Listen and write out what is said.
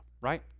right